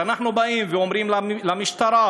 כשאנחנו באים ואומרים למשטרה,